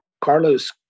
Carlos